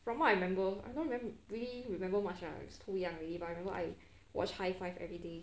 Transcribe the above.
from what I remember I don't really remember much ah it's too young already but I remember I watch high five everyday